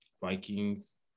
Vikings